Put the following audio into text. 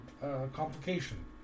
complication